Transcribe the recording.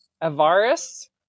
Avaris